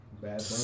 Bad